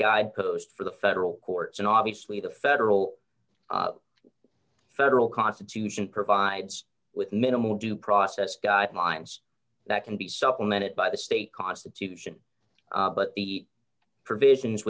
guide post for the federal courts and obviously the federal federal constitution provides with minimal due process guidelines that can be supplemented by the state constitution but the provisions